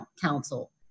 council